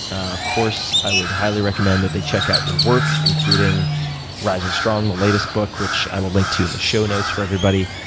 of course, i would highly recommend that they check out your work, including rising strong, the latest book, which i will link to in the show notes for everybody.